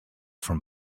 from